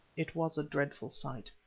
it was a dreadful sight.